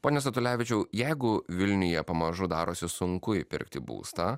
pone statulevičiau jeigu vilniuje pamažu darosi sunku įpirkti būstą